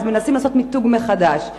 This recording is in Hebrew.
אז מנסים לעשות מיתוג מחדש.